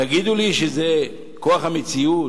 תגידו לי שזה כורח המציאות,